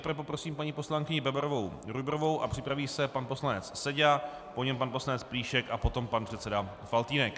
Nejprve poprosím paní poslankyni Bebarovou Rujbrovou a připraví se pan poslanec Seďa, po něm pan poslanec Plíšek a potom pan předseda Faltýnek.